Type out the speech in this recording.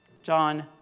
John